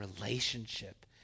relationship